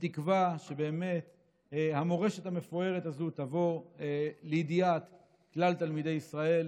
בתקווה שהמורשת המפוארת הזו תבוא לידיעת כלל תלמידי ישראל.